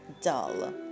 dull